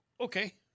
okay